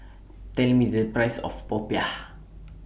Tell Me The Price of Popiah